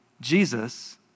Jesus